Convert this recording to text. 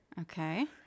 Okay